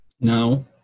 No